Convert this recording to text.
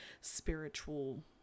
spiritual